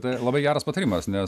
tai labai geras patarimas nes